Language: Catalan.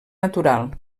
natural